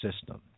system